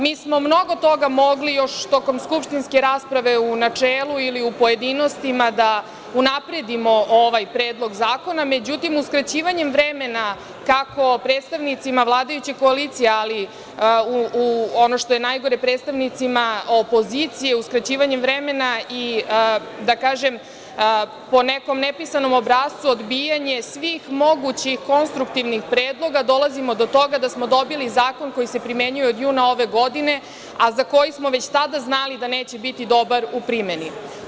Mi smo mnogo toga mogli, još tokom skupštinske rasprave u načelu ili u pojedinostima, da unapredimo ovaj Predlog zakona, međutim, uskraćivanjem vremena kako predstavnicima vladajuće koalicije, ali ono što je najgore, predstavnicima opozicije usrkraćivanjem vremena i po nekom nepisanom obrascu, odbijanje svih mogućih konstruktivnih predloga, dolazimo do toga da smo dobili zakon koji se primenjuje od juna ove godine, a za koji smo već tada znali da neće biti dobar u primeni.